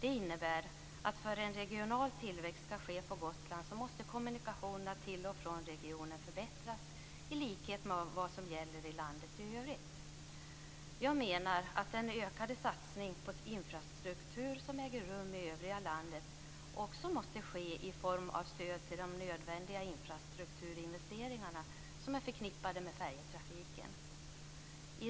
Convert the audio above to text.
Det innebär att om en regional tillväxt skall ske på Gotland måste kommunikationerna till och från regionen förbättras i likhet med vad som gäller i landet i övrigt. Jag menar att den ökade satsning på infrastruktur som äger rum i övriga landet också måste ske i form av stöd till de nödvändiga infrastrukturinvesteringar som är förknippade med färjetrafiken.